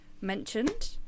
mentioned